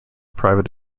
private